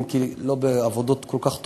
לא בעבודות כל כך טובות,